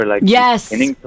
Yes